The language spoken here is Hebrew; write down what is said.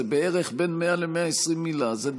בערך בין 100 ל-120 מילה זה דקה.